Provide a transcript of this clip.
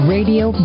Radio